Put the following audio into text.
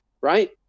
right